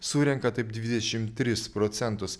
surenka taip dvidešim tris procentus